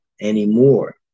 anymore